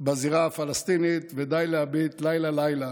בזירה הפלסטינית, ודי להביט לילה-לילה